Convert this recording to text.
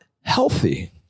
healthy